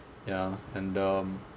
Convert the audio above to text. ya and um